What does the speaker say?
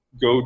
go